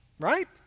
right